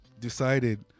decided